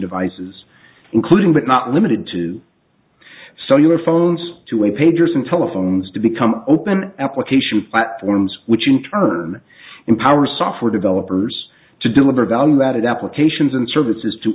devices including but not limited to so you are phones to a pagers and telephones to become open application platforms which in turn empower software developers to deliver value added applications and services to